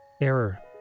Error